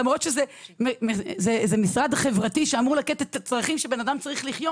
למרות שזה משרד חברתי שאמור לתת את הצרכים כדי שאדם יחיה.